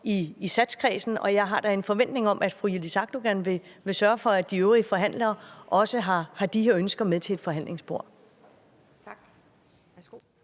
i satspuljekredsen, og jeg har da en forventning om, at fru Yildiz Akdogan vil sørge for, at de øvrige forhandlere også har de her ønsker med til forhandlingsbordet.